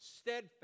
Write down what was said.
steadfast